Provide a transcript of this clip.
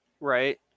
Right